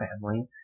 family